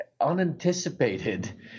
unanticipated